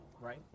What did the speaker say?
right